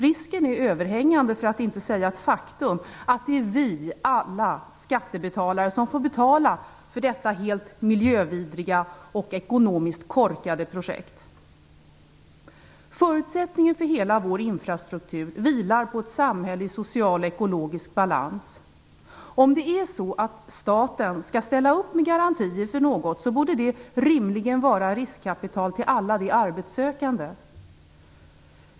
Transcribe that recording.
Det är överhängande risk, för att inte säga ett faktum, att det är alla vi skattebetalare som får betala för detta helt miljövidriga och ekonomiskt korkade projekt. Förutsättningen för hela vår infrastruktur är ett samhälle i social och ekologisk balans. Om det är så att staten skall ställa upp med garantier för något, borde det rimligen vara riskkapital till alla de arbetssökande.